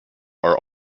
are